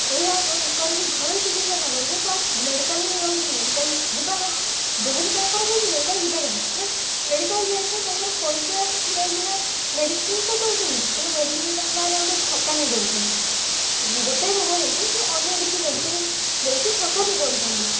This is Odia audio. ଏହା କରିକି ଘରୋଇ ଚିକିତ୍ସା ନ କରିକି ଫାଷ୍ଟ ମେଡ଼ିକାଲ ହିଁ ଯାଉଛନ୍ତି ମେଡ଼ିକାଲ ଯିବା କଥା ଦେହ ଯେତବେଳେ ଖରାପ ହେଇଛି ମେଡ଼ିକାଲ ଯିବା କଥା ବଟ୍ ମେଡ଼ିକାଲ ଯାଇକି ତାଙ୍କର ପଇସା ନେଇକିନା ମେଡ଼ିସିନ ତ ଦେଉଛନ୍ତି କିନ୍ତୁ ମେଡ଼ିସିନ ନାଁରେ ଗୋଟେ ଠକାମି କରୁଛନ୍ତି ଗୋଟେ ରୋଗ ହେଇଛି ସେ ଅନ୍ୟ କିଛି ମେଡ଼ିସିନ ଦେଇକି ଠକାମି କରୁଛନ୍ତି